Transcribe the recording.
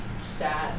Sad